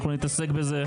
אנחנו נתעסק בזה.